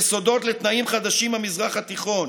יסודות לתנאים חדשים במזרח התיכון,